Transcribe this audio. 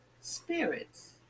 spirits